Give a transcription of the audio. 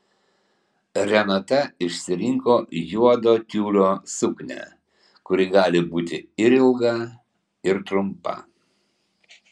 renata išsirinko juodo tiulio suknią kuri gali būti ir ilga ir trumpa